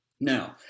Now